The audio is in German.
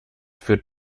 führt